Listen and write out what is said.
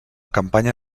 campanya